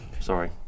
Sorry